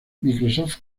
microsoft